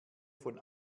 von